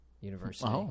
University